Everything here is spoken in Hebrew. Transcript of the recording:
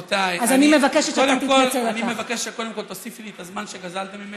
רבותיי, אז אני מבקשת שאתה תתנצל על כך.